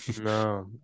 no